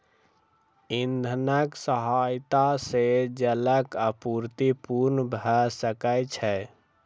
इंधनक सहायता सॅ जलक आपूर्ति पूर्ण भ सकै छै